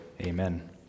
Amen